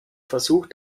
versucht